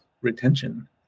retention